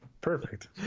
Perfect